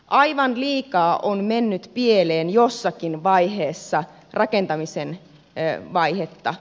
aivan liikaa on mennyt pieleen jossakin vaiheessa rakentamisen vaihetta